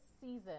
season